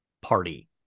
party